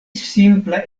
simpla